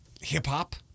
hip-hop